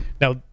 Now